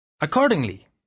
Accordingly